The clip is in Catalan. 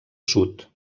sud